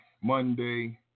Monday